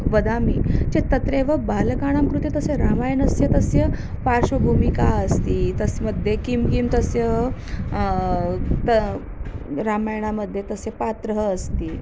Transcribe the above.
वदामि चेत् तत्रेव बालकानां कृते तस्य रामायणस्य तस्य पार्श्वभूमिका अस्ति तन्मध्ये किं किं तस्य रामायणामध्ये तस्य पात्रः अस्ति